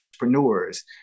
entrepreneurs